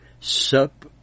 sup